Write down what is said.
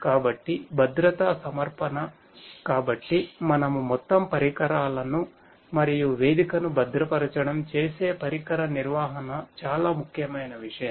కాబట్టి భద్రతా సమర్పణ కాబట్టి మనము మొత్తం పరికరాలను మరియు వేదికను భద్రపరచడం చేసే పరికర నిర్వహణ చాలా ముఖ్యమైన విషయం